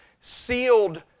sealed